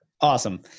Awesome